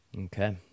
Okay